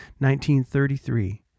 1933